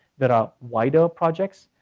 that are wider projects.